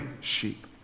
sheep